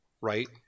right